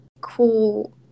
cool